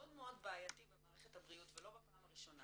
מאוד בעייתי במערכת הבריאות ולא בפעם הראשונה,